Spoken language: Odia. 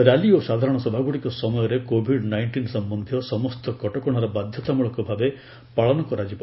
ର୍ୟାଲି ଓ ସାଧାରଣ ସଭାଗୁଡ଼ିକ ସମୟରେ କୋଭିଡ୍ ନାଇଷ୍ଟିନ୍ ସମ୍ଭନ୍ଧୀୟ ସମସ୍ତ କଟକଣାର ବାଧ୍ୟତାମୂଳକ ଭାବେ ପାଳନ କରାଯିବ